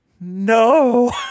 no